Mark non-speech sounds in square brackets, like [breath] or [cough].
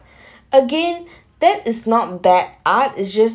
[breath] again that is not bad art it's just